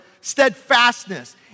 steadfastness